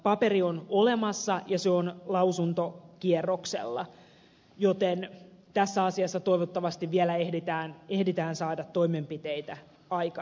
paperi on olemassa ja se on lausuntokierroksella joten tässä asiassa toivottavasti vielä ehditään saada toimenpiteitä aikaiseksi